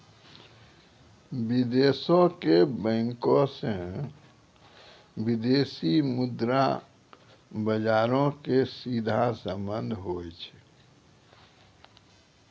विदेशो के बैंको से विदेशी मुद्रा बजारो के सीधा संबंध होय छै